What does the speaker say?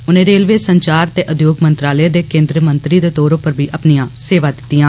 उनें रेलवे संचार ते उद्योग मंत्रालय दे केन्द्र मंत्री दे तौर उप्पर बी अपनियां सेवा दितियां